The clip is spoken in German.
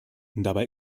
dabei